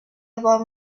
about